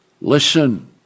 listen